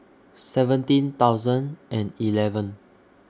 seventeen thousand and eleven